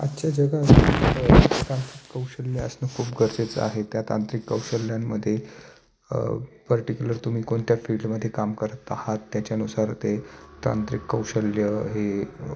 आजच्या जगात तांत्रिक कौशल्य असणं खूप गरजेचं आहे त्या तांत्रिक कौशल्यांमध्ये पर्टिक्युलर तुम्ही कोणत्या फील्डमध्ये काम करत आहात त्याच्यानुसार ते तांत्रिक कौशल्य हे